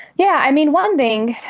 yeah, i mean, one thing